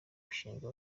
bashinjwa